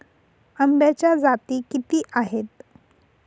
आंब्याच्या जाती किती आहेत?